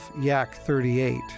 Yak-38